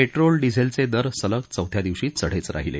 petrol डिझेलचे दर सलग चौथ्या दिवशी चढेच राहीले